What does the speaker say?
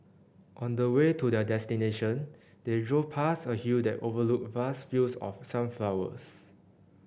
on the way to their destination they drove past a hill that overlooked vast fields of sunflowers